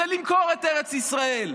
זה למכור את ארץ ישראל.